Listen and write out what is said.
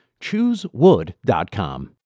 Choosewood.com